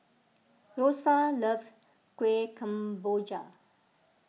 Rosa loves Kuih Kemboja